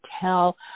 tell